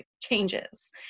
changes